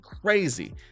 crazy